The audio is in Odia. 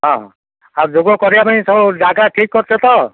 ହଁଁ ଆଉ ଯୋଗ କରିବା ପାଇଁ ସବୁ ଜାଗା ଠିକ୍ କରିଛ ତ